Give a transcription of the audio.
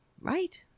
Right